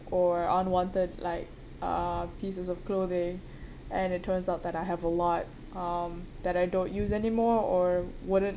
or unwanted like uh pieces of clothing and it turns out that I have a lot um that I don't use anymore or wouldn't